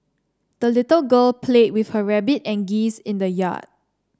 the little girl played with her rabbit and geese in the yard